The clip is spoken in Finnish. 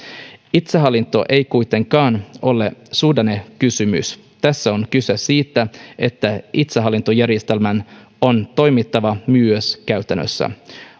itsehallinto ei kuitenkaan ole suhdannekysymys tässä on kyse siitä että itsehallintojärjestelmän on toimittava myös käytännössä